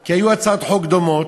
כי היו הצעות חוק דומות,